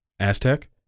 Aztec